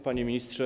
Panie Ministrze!